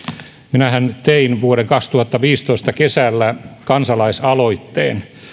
minähän tein vuoden kaksituhattaviisitoista kesällä kansalaisaloitteen